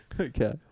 Okay